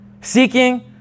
Seeking